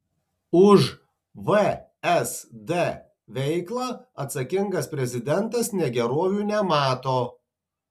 už vsd veiklą atsakingas prezidentas negerovių nemato